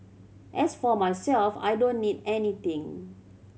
as for myself I don't need anything